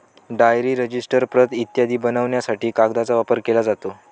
diary, register, प्रत इत्यादी बनवण्यासाठी कागदाचा वापर केला जातो